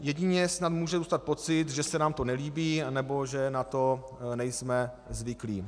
Jedině snad může zůstat pocit, že se nám to nelíbí nebo že na to nejsme zvyklí.